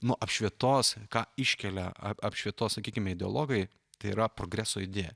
nuo apšvietos ką iškelia ap apšvietos sakykime ideologai tai yra progreso idėją